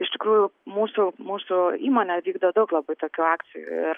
iš tikrųjų mūsų mūsų įmonė vykdo daug labai tokių akcijų ir